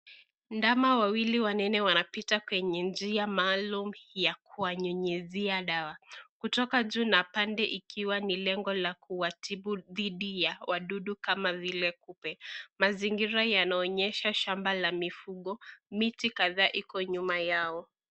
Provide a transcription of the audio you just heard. Ndama wawili wanene wamepiga kwenye njia maalum ya kuwanyunyizia dawa. Kutoka juu na pande ikiwa ni lengo kuwatibu dhidi ya wadudu kama vile kupe. Mazingira yanaonesha shamba la mifugo. Miti kadhaa iko nyuma yao.